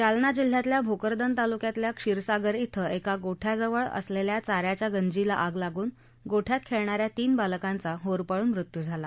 जालना जिल्ह्यातल्या भोकरदन तालुक्यातल्या क्षीरसागर श्वीं एका गोठ्याजवळ असलेल्या चाऱ्याच्या गंजीला आग लागून गोठ्यात खेळणाऱ्या तीन बालकांचा होरपळून मृत्यू झाला